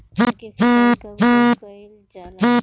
धान के सिचाई कब कब कएल जाला?